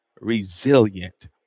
resilient